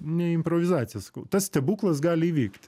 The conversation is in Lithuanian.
ne improvizacija sakau tas stebuklas gali įvykti